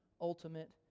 ultimate